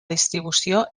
distribució